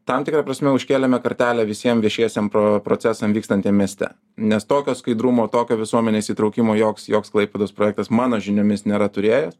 tam tikra prasme užkėlėme kartelę visiem viešiesiem pro procesam vykstantiem mieste nes tokio skaidrumo tokio visuomenės įtraukimo joks joks klaipėdos projektas mano žiniomis nėra turėjęs